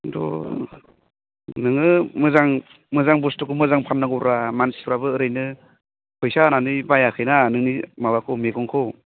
enough' नोङो मोजां मोजां बुस्थुखौ मोजां फाननांगौब्रा मानसिफ्राबो ओरैनो फैसा होनानै बायाखैना नोंनि माबाखौ मैगंखौ